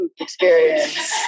experience